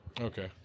Okay